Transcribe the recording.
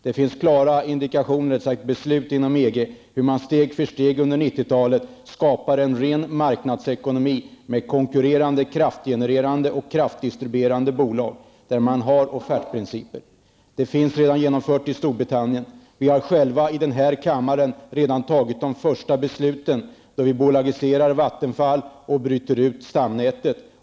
Det finns klara indikationer och beslut inom EG för hur man steg för steg under 90-talet skall skapa en ren marknadsekonomi med konkurrerande kraftgenererande och kraftdistribuerande bolag, där man har offertprinciper. Det finns redan genmfört i Storbritannien. Vi har själva i denna kammare redan tagit de första besluten när vi bolagiserar Vattenfall och bryter ut stamnätet.